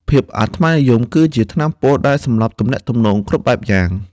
ភាពអាត្មានិយមគឺជាថ្នាំពុលដែលសម្លាប់ទំនាក់ទំនងគ្រប់បែបយ៉ាង។